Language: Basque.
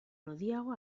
lodiago